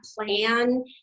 plan